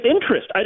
interest